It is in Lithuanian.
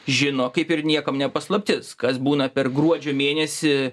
žino kaip ir niekam ne paslaptis kas būna per gruodžio mėnesį